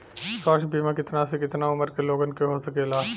स्वास्थ्य बीमा कितना से कितना उमर के लोगन के हो सकेला?